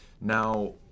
Now